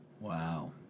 Wow